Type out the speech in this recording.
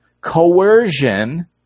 coercion